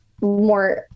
more